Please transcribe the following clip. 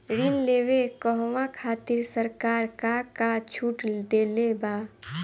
ऋण लेवे कहवा खातिर सरकार का का छूट देले बा?